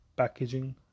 packaging